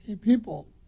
people